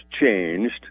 changed